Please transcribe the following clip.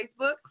Facebook